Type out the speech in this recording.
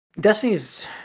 Destiny's